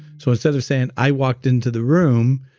so instead of saying, i walked into the room,